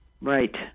Right